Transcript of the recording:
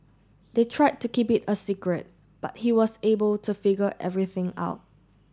they tried to keep it a secret but he was able to figure everything out